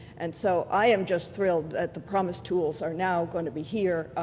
and so i am just thrilled that the promis tools are now going to be here,